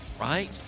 right